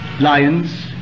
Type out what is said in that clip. lions